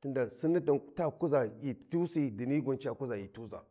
tinda sinni gwan ta kuza ghi tusi dini gwa ca kuza ghi tu za.